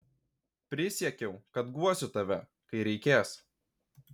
prisiekiau kad guosiu tave kai reikės